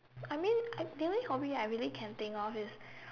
I mean the only hobby I really can think of is